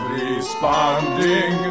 responding